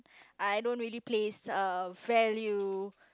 I don't really place uh value